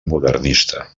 modernista